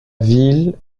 ville